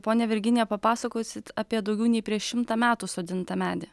ponia virginija papasakosit apie daugiau nei prieš šimtą metų sodintą medį